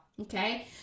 Okay